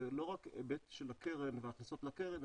זה לא רק היבט של הקרן והכנסות לקרן,